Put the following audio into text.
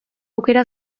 aukera